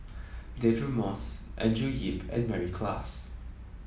Deirdre Moss Andrew Yip and Mary Klass